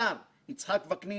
אני אומר בהתרגשות גדולה,